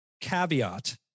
caveat